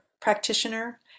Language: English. practitioner